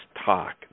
talk